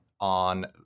On